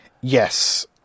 Yes